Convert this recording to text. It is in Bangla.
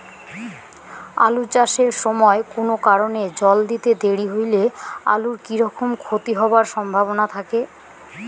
আলু চাষ এর সময় কুনো কারণে জল দিতে দেরি হইলে আলুর কি রকম ক্ষতি হবার সম্ভবনা থাকে?